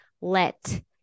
Let